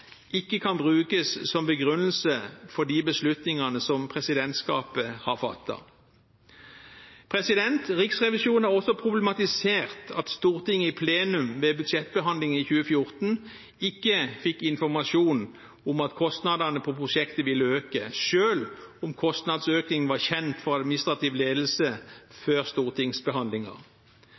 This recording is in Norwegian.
ikke kan brukes som begrunnelse for de beslutningene som presidentskapet har fattet. Riksrevisjonen har også problematisert at Stortinget i plenum ved budsjettbehandlingen i 2014 ikke fikk informasjon om at kostnadene til prosjektet ville øke, selv om kostnadsøkningen var kjent for administrativ ledelse før